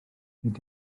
nid